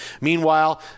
Meanwhile